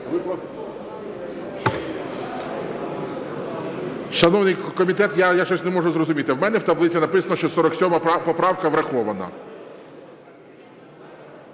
У мене в таблиці написано, що 47 поправка врахована.